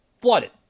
Flooded